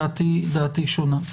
דעתי שונה.